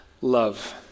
love